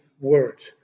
words